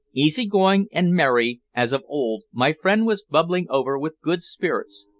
easy-going and merry as of old, my friend was bubbling over with good spirits,